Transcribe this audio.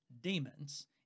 demons